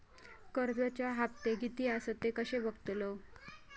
कर्जच्या हप्ते किती आसत ते कसे बगतलव?